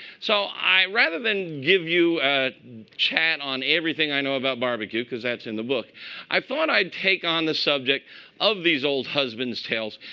so rather than give you a chat on everything i know about barbecue because that's in the book i thought i'd take on the subject of these old husband's tales,